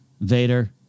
Vader